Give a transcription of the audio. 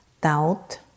doubt